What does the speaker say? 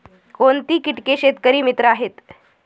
कोणती किटके शेतकरी मित्र आहेत?